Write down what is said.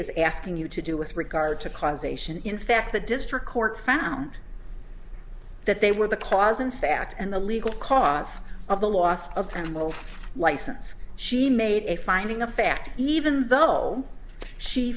is asking you to do with regard to causation in fact the district court found that they were the cause in fact and the legal cause of the loss of animals license she made a finding of fact even though she